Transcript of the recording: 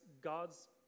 God's